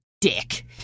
dick